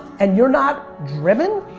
and you're not driven?